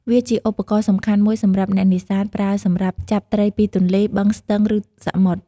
វាជាឧបករណ៍សំខាន់មួយសម្រាប់អ្នកនេសាទប្រើ សម្រាប់ចាប់ត្រីពីទន្លេ បឹង ស្ទឹង ឬសមុទ្រ។